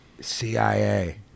CIA